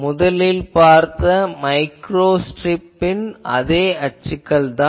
முதலில் பார்த்த மைக்ரோ ஸ்ட்ரிப்பின் அதே அச்சுக்கள்தான்